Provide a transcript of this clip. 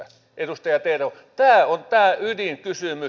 edustaja terho tämä on tämä ydinkysymys